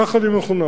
כך אני מחונך.